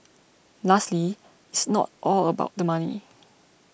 lastly it's not all about the money